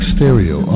Stereo